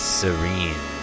serene